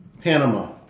Panama